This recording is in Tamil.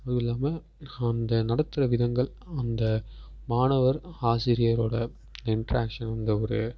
அதுவும் இல்லாமல் அந்த நடத்துகிற விதங்கள் அந்த மாணவர் ஆசிரியரோட இன்ட்ராக்ஸன்ங்கிற ஒரு